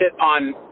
on